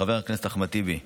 חבר הכנסת אחמד טיבי,